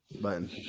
button